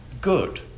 good